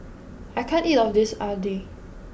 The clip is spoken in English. I can't eat all of this Idly